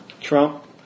Trump